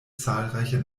zahlreicher